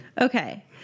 Okay